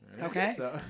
Okay